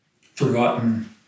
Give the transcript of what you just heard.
forgotten